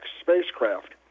spacecraft